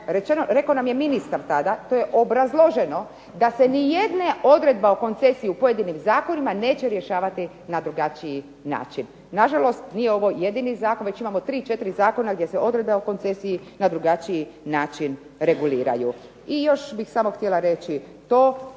rekao nam je ministar tada, to je obrazloženo da se nijedna odredba o koncesiji u pojedinim zakonima neće rješavati na drugačiji način. Nažalost, nije ovo jedini zakon, već imamo tri, četiri zakona gdje se odredbe o koncesiji na drugačiji način reguliraju. I još bih samo htjela reći to